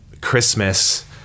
Christmas